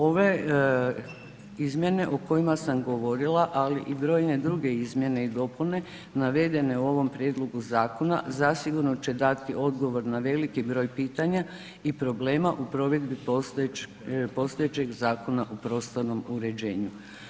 Ove izmjene o kojima sam govorila, ali i brojne druge izmjene i dopune navedene u ovom prijedlogu zakona, zasigurno će dati odgovor na veliki broj pitanja i problema u provedbi postojećeg Zakona o prostornom uređenju.